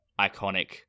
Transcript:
iconic